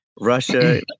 Russia